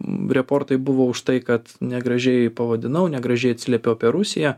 reportai buvo už tai kad negražiai pavadinau negražiai atsiliepiau apie rusiją